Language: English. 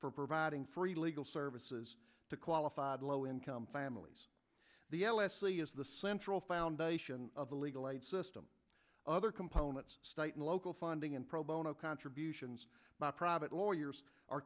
for providing free legal services to qualified low income families the l s c is the central foundation of the legal aid system other components state and local funding and pro bono contributions not private lawyers are